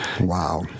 wow